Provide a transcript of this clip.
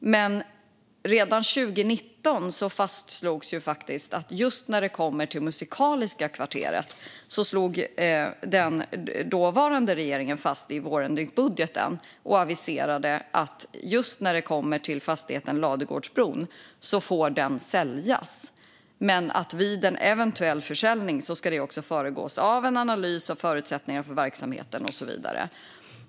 Men redan 2019 fastslogs faktiskt något just när det kommer till Musikaliska kvarteret. Den dåvarande regeringen slog i vårändringsbudgeten fast att fastigheten Ladugårdsbron får säljas men att en eventuell försäljning ska föregås av en analys av förutsättningarna för verksamheten och så vidare.